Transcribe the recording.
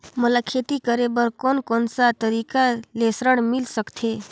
मोला खेती करे बर कोन कोन सा तरीका ले ऋण मिल सकथे?